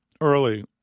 early